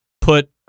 put